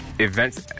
events